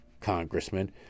Congressman